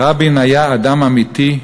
רבין היה אדם אמיתי,